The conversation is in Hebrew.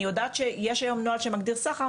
אני יודעת שיש היום נוהל שמגדיר סחר,